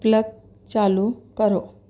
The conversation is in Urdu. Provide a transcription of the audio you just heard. پلگ چالو کرو